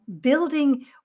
building